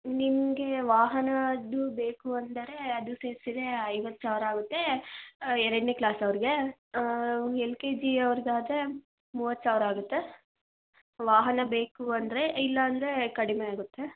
ನಿಮಗೆ ವಾಹನದ್ದು ಬೇಕು ಅಂದರೆ ಅದು ಸೇರಿಸಿದ್ರೆ ಐವತ್ತು ಸಾವಿರ ಆಗುತ್ತೆ ಎರಡನೇ ಕ್ಲಾಸವ್ರಿಗೆ ಎಲ್ ಕೆ ಜಿಯವ್ರ್ಗೆ ಆದರೆ ಮೂವತ್ತು ಸಾವಿರ ಆಗುತ್ತೆ ವಾಹನ ಬೇಕು ಅಂದರೆ ಇಲ್ಲ ಅಂದ್ರೆ ಕಡಿಮೆ ಆಗುತ್ತೆ